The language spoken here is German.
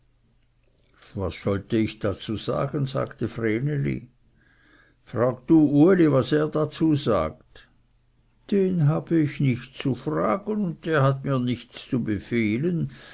was wollte ich dazu sagen sagte vreneli frag du uli was der dazu sagt den hab ich nicht zu fragen und der hat mir nicht zu befehlen